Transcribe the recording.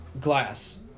Glass